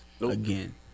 again